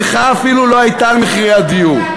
המחאה אפילו לא הייתה על מחירי הדיור.